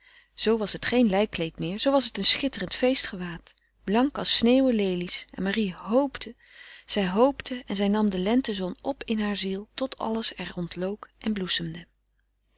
zoo was het geen lijkkleed meer zoo was het een schitterend feestgewaad blank als sneeuw en lelies en marie hoopte zij hoopte en zij nam de lentezon op in hare ziel tot alles er ontlook en bloesemde